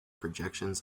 projections